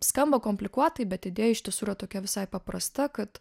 skamba komplikuotai bet idėja iš tiesų yra tokia visai paprasta kad